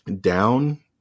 down